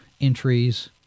entries